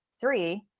three